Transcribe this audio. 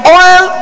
oil